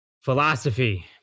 philosophy